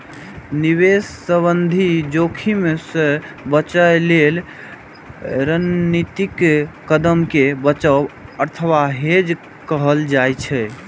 निवेश संबंधी जोखिम सं बचय लेल रणनीतिक कदम कें बचाव अथवा हेज कहल जाइ छै